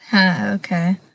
Okay